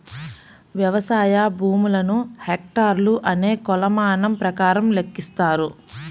వ్యవసాయ భూములను హెక్టార్లు అనే కొలమానం ప్రకారం లెక్కిస్తారు